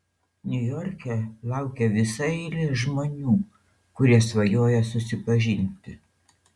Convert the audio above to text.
niujorke laukia visa eilė žmonių kurie svajoja susipažinti